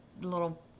little